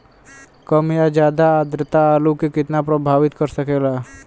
कम या ज्यादा आद्रता आलू के कितना प्रभावित कर सकेला?